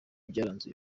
byaranze